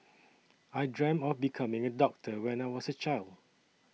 I dreamt of becoming a doctor when I was a child